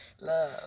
love